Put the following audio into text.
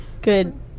Good